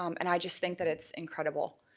um and i just think that it's incredible.